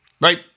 right